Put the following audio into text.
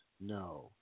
no